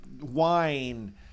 wine